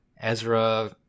Ezra